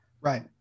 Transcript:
Right